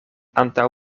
antaŭ